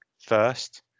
first